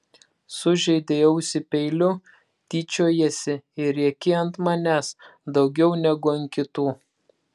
sužeidei ausį peiliu tyčiojiesi ir rėki ant manęs daugiau negu ant kitų